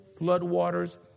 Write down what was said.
floodwaters